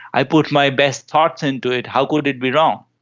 i put my best thoughts into it, how could it be wrong.